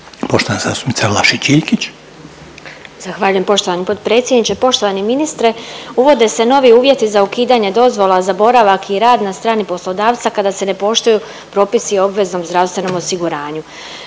Iljkić, Martina (SDP)** Zahvaljujem poštovani potpredsjedniče. Poštovani ministre, uvode se novi uvjeti za ukidanje dozvola za boravak i rad na strani poslodavca kada se ne poštuju propisi o obveznom zdravstvenom osiguranju.